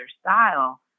style